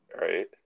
right